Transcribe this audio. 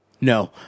No